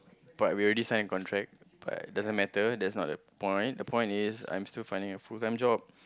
but we already sign contract doesn't matter but that's not the point the point is I'm still finding a full time job